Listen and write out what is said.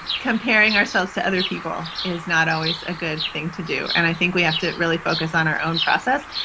comparing ourselves to other people is not always a good thing to do. and i think we have to really focus on our own process.